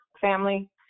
family